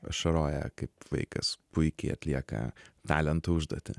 ašaroja kaip vaikas puikiai atlieka talentų užduotį